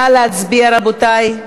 נא להצביע, רבותי.